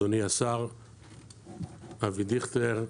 אדוני השר אבי דיכטר,